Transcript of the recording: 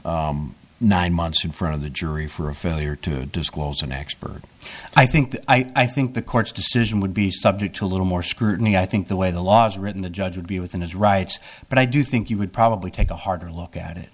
case nine months in front of the jury for a failure to disclose an expert i think i think the court's decision would be subject to a little more scrutiny i think the way the law is written the judge would be within his rights but i do think he would probably take a harder look at it